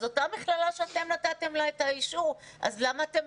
זו אותה מכללה שאתם נתתם לה את האישור, אז למה אתם